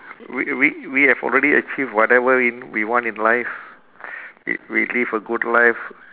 we we we have already achieve whatever in we want in life we we lived a good life